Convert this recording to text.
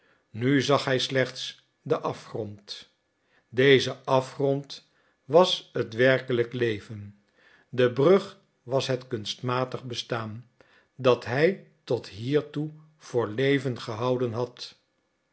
nu zag hij slechts den afgrond deze afgrond was het werkelijk leven de brug was het kunstmatig bestaan dat hij tot hiertoe voor leven gehouden had